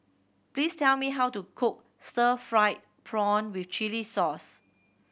please tell me how to cook stir fried prawn with chili sauce